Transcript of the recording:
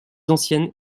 anciennes